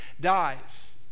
dies